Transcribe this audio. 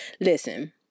listen